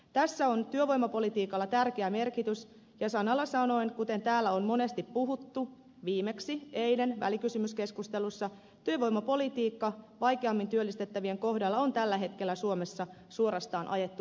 tässä on työvoimapolitiikalla tärkeä merkitys ja sanalla sanoen kuten täällä on monesti puhuttu viimeksi eilen välikysymyskeskustelussa työvoimapolitiikka vaikeammin työllistettävien kohdalla on tällä hetkellä suomessa suorastaan ajettu osittain alas